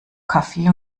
kaffee